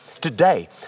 Today